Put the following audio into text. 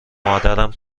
مادرم